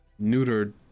Neutered